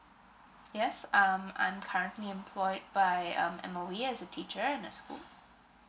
yes um I'm currently employed by um M_O_E as a teacher in a school